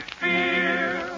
fear